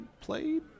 played